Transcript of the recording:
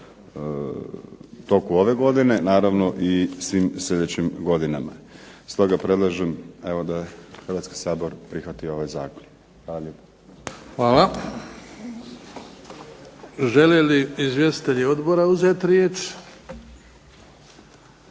toku ove godine, naravno i svim sljedećim godinama. Stoga predlažem evo da Hrvatski sabor prihvati ovaj zakon. Hvala lijepa. **Bebić, Luka (HDZ)** Hvala. Žele li izvjestitelji odbora uzeti riječ?